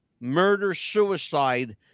Murder-suicide